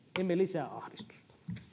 emme lisää ahdistusta